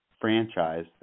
franchise